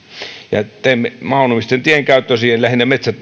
maanomistajien tienkäyttö siellä on lähinnä